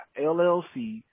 LLC